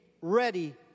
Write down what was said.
ready